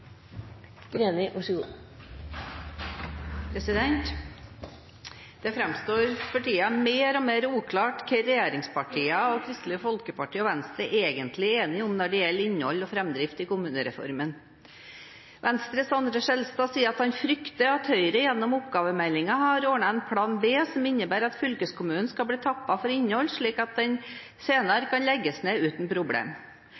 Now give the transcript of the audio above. Det framstår for tiden mer og mer uklart hva regjeringspartiene og Kristelig Folkeparti og Venstre egentlig er enige om når det gjelder innhold og framdrift i kommunereformen. Venstres André N. Skjelstad sier at han frykter at Høyre gjennom oppgavemeldingen har ordnet en plan B som innebærer at fylkeskommunen skal bli tappet for innhold, slik at den senere kan legges ned uten problem.